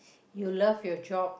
you love your job